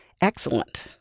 excellent